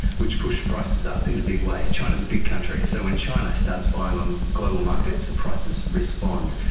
which pushed prices up in a big way. china is a big country, so when china starts buying on global markets, prices respond.